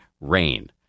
RAIN